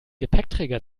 gepäckträger